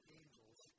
angels